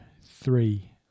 three